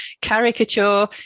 caricature